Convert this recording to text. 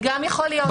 זה גם יכול להיות.